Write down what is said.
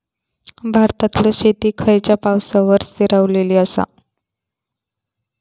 भारतातले शेती खयच्या पावसावर स्थिरावलेली आसा?